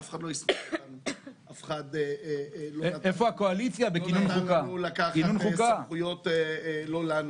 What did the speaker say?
אף אחד לא נתן לנו לקחת סמכויות לא לנו